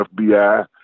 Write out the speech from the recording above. FBI